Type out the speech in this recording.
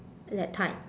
that type